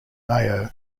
mayo